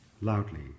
loudly